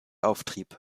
auftrieb